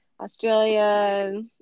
Australia